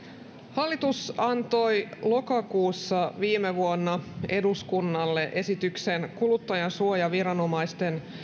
hallitus antoi lokakuussa viime vuonna eduskunnalle esityksen kuluttajansuojaviranomaisten